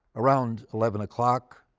around eleven o'clock,